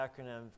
acronym